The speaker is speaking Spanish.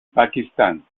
pakistán